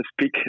speak